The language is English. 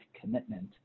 commitment